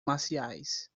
marciais